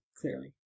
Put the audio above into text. clearly